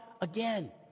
again